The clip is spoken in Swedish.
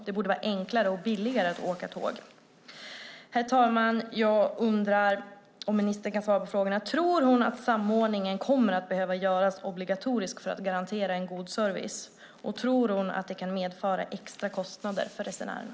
Det borde vara enklare och billigare att åka tåg. Herr talman! Jag undrar om ministern kan svara på följande frågor. Tror ministern att samordningen kommer att behöva göras obligatorisk för att garantera en god service, och tror hon att det kan medföra extra kostnader för resenärerna?